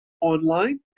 online